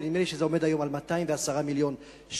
ונדמה לי שזה עומד היום על 210 מיליון ש"ח,